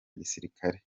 gisirikare